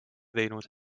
teinud